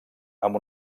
amb